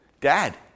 dad